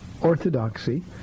Orthodoxy